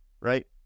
right